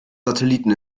satelliten